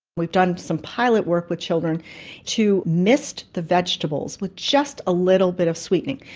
we've done some pilot work with children to mist the vegetables with just a little bit of sweetening.